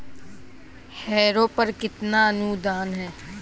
Harrow पर कितना अनुदान है?